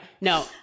no